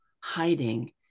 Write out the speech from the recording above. hiding